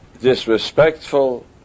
disrespectful